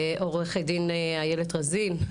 לעוה"ד איילת רזין,